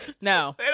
No